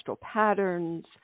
patterns